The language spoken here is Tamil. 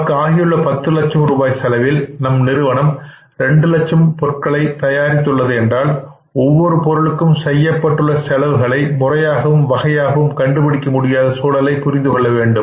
நமக்கு ஆகியுள்ள 10 லட்ச ரூபாய் செலவில் நம் நிறுவனம் 2 லட்சம் பொருட்களை தயாரித்துள்ளது என்றால் ஒவ்வொரு பொருளுக்கும் செய்யப்பட்டுள்ள செலவுகளை முறையாகவும் வகையாகவும் கண்டுபிடிக்க முடியாத சூழலை புரிந்து கொள்ள வேண்டும்